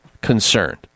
concerned